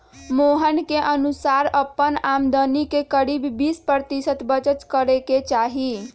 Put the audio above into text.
मोहना के अनुसार अपन आमदनी के करीब बीस प्रतिशत बचत करे के ही चाहि